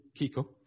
Kiko